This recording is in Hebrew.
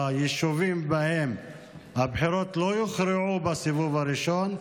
ביישובים שבהם הבחירות לא יוכרעו בסיבוב הראשון,